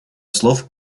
слов